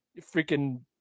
Freaking